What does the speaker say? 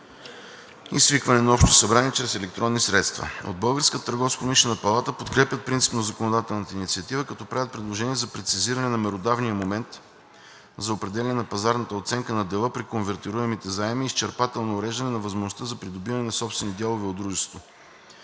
свикването на общо събрание чрез електронни средства. От Българската търговско-промишлена палата подкрепят принципно законодателната инициатива, като правят предложения за прецизиране на меродавния момент за определяне на пазарната оценка на дела при конвертируемите заеми и изчерпателно уреждане на възможността за придобиване на собствени дялове от дружеството.